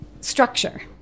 structure